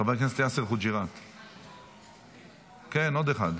חבר הכנסת יאסר חוג'יראת, כן, עוד אחד.